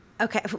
okay